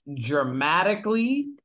dramatically